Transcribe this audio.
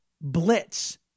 blitz